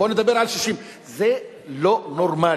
בוא נדבר על 60%. זה לא נורמלי,